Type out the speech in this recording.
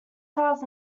files